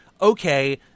okay